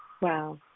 Wow